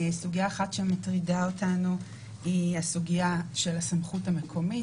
סוגיה אחת שמטרידה אותנו היא הסוגיה של הסמכות המקומית.